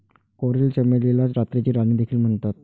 coral चमेलीला रात्रीची राणी देखील म्हणतात